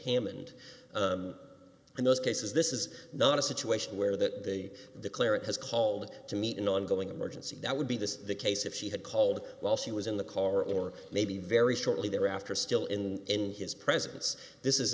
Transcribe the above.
hammond in those cases this is not a situation where that they declare it has called to meet an ongoing emergency that would be this the case if she had called while she was in the car or maybe very shortly thereafter still in his presence this